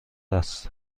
است